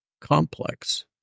complex